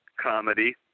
comedy